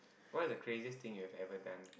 what are the craziest thing you've ever done